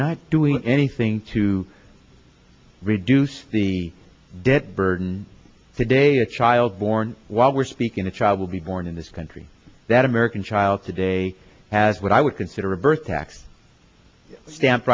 not doing anything to reduce the debt burden today the child born while we're speaking the child will be born in this country that american child today has what i would consider a burst tax stamp